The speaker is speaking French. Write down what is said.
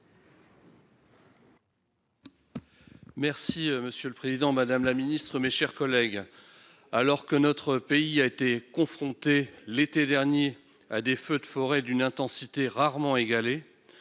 Monsieur le président, madame la ministre, mes chers collègues, alors que notre pays a été confronté l'été dernier à des feux de forêt d'une intensité rarement égalée,